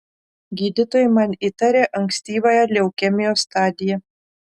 gydytojai man įtarė ankstyvąją leukemijos stadiją